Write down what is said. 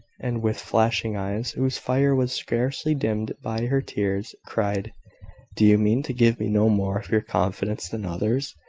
and with flashing eyes, whose fire was scarcely dimmed by her tears, cried do you mean to give me no more of your confidence than others?